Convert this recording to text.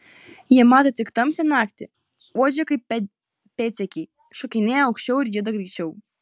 jie mato tik tamsią naktį uodžia kaip pėdsekiai šokinėja aukščiau ir juda greičiau